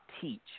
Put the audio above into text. teach